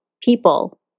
people